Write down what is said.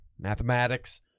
mathematics